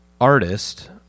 artist